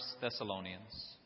Thessalonians